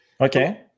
Okay